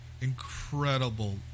incredible